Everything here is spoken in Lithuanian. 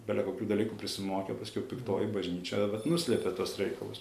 belekokių dalykų prisimokė o paskiau piktoji bažnyčia nuslėpė tuos reikalus